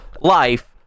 life